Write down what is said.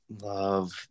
love